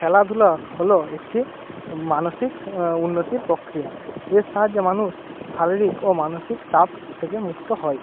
খেলাধুলা হলো একটি মানসিক উন্নতির প্রক্রিয়া এর সাহায্যে মানুষ শারীরিক ও মানসিক চাপ থেকে মুক্ত হয়